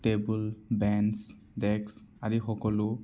table bench ডেক্স আদি সকলো